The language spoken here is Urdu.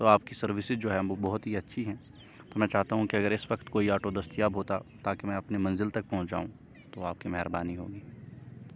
تو آپ کی سروسز جو ہیں وہ بہت ہی اچھی ہیں تو میں چاہتا ہوں کہ اگر اس وقت کوئی آٹو دستیاب ہوتا تاکہ میں اپنے منزل تک پہنچ جاؤں تو آپ کی مہربانی ہوگی